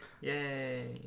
Yay